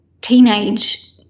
teenage